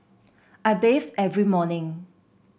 I bathe every morning